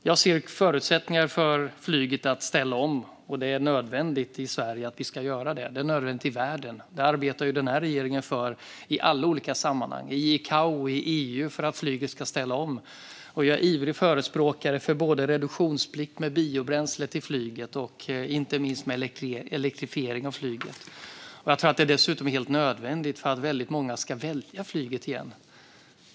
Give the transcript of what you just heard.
Jag ser förutsättningar för flyget att ställa om, och det är nödvändigt att Sverige och världen gör det. Regeringen arbetar för detta i alla olika sammanhang, i ICAO och i EU. Jag är en ivrig förespråkare för både reduktionsplikt med biobränsle till flyget och inte minst elektrifiering av flyget. Jag tror att det dessutom är helt nödvändigt för att många ska välja flyget igen.